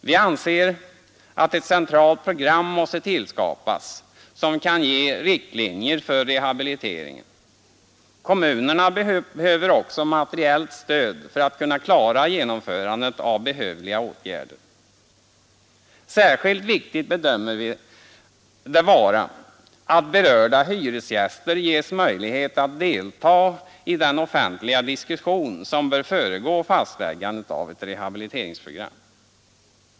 Vi anser att ett centralt program måste tillskapas som kan ge riktlinjer för rehabiliteringen. Kommunerna behöver också materiellt stöd för att kunna klara genomförandet av behövliga åtgärder. Särskilt viktigt bedömer vi det vara att berörda hyresgäster ges möjlighet att delta i den offentliga diskussion som bör föregå fastläggandet av ett rehabiliteringsprogram.